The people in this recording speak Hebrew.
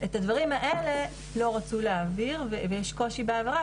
את הדברים האלה לא רצו להעביר ויש קושי בהעברה